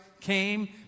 came